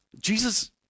Jesus